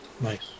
Nice